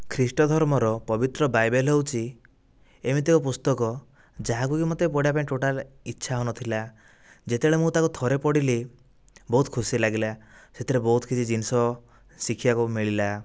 ଖ୍ରୀଷ୍ଟ ଧର୍ମର ପବିତ୍ର ବାଇବେଲ ହେଉଛି ଏମିତି ଏକ ପୁସ୍ତକ ଯାହାକୁ କି ମୋତେ ପଢ଼ିବା ପାଇଁ ଟୋଟାଲ ଇଛା ହେଉ ନଥିଲା ଯେତେବେଳେ ମୁ ତା'କୁ ଥରେ ପଢ଼ିଲି ବହୁତ ଖୁସି ଲାଗିଲା ସେଥିରେ ବହୁତ କିଛି ଜିନିଷ ଶିଖିବାକୁ ମିଳିଲା